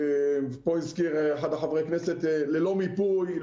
פה הזכיר אחד מחברי הכנסת ללא מיפוי,